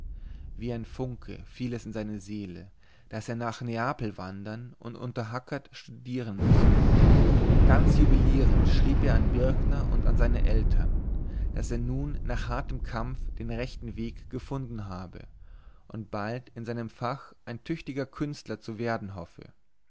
wie ein funke fiel es in seine seele daß er nach neapel wandern und unter hackert studieren müsse ganz jubilierend schrieb er an birkner und an seine eltern daß er nun nach hartem kampf den rechten weg gefunden habe und bald in seinem fach ein tüchtiger künstler zu werden hoffe